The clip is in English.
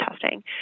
testing